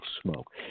smoke